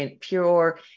pure